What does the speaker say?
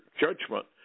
judgment